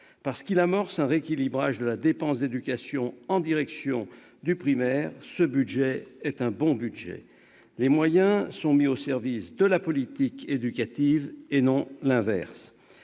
Parce qu'il amorce un rééquilibrage de la dépense d'éducation en direction du primaire, ce budget est un bon budget. Les moyens sont mis au service de la politique éducative, et non l'inverse.